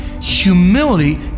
humility